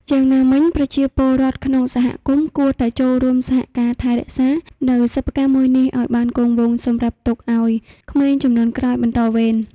យ៉ាងណាមិញប្រជាពលរដ្ឋក្នុងសហគមន៍គួរតែចូលរួមសហការថែរក្សានូវសិប្បកម្មមួយនេះឲ្យបានគង់វង្សសម្រាប់ទុកឲ្យក្មេងជំនាន់ក្រោយបន្តវេន។